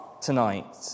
tonight